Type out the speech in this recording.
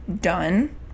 done